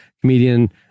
comedian